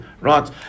right